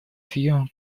few